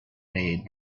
made